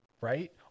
right